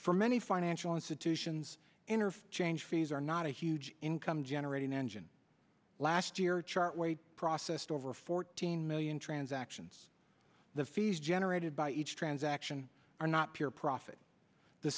for many financial institutions energy change fees are not a huge income generating engine last year chart weight processed over fourteen million transactions the fees generated by each transaction are not pure profit the